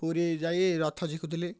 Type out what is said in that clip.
ପୁରୀ ଯାଇ ରଥ ଝିକୁଥିଲି